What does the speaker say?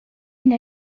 une